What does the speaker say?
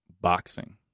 boxing